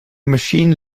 machine